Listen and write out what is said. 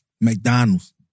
McDonald's